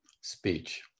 speech